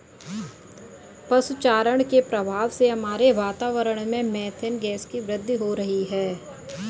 पशु चारण के प्रभाव से हमारे वातावरण में मेथेन गैस की वृद्धि हो रही है